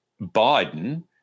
Biden